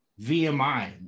VMI